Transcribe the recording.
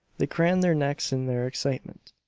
they cranned their necks in their excitement.